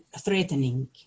threatening